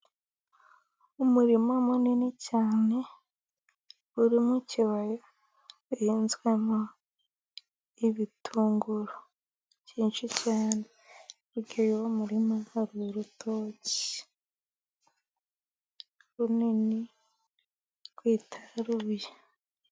Umurima munini cyane, uri mukibaya uhinzwemo ibitunguru byinshi cyane, hirya yuwo murima hari urutoki, runini rwitaruruye.